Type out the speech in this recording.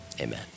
Amen